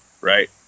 Right